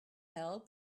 held